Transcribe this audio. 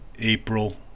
April